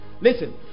Listen